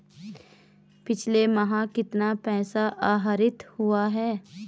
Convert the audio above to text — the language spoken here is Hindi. पिछले माह कितना पैसा आहरित हुआ है?